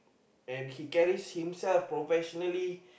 and he carries himself professionally